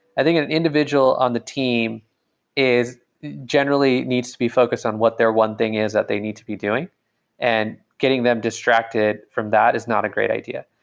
i think an an individual on the team generally needs to be focused on what their one thing is that they need to be doing and getting them distracted from that is not a great idea.